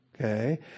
okay